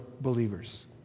believers